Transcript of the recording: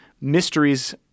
mysteries